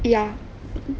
ya